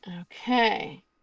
okay